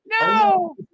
No